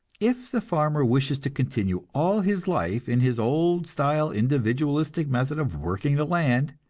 if the farmer wishes to continue all his life in his old style individualistic method of working the land,